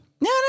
no